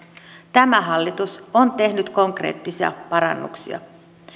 tämä hallitus on tehnyt konkreettisia parannuksia